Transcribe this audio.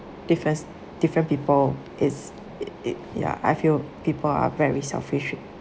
difference different people is it it ya I feel people are very selfish